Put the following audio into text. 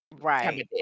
Right